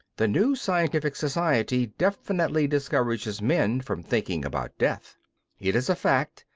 the new scientific society definitely discourages men from thinking about death it is a fact,